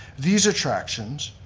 these attractions,